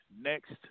next